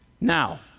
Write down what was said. Now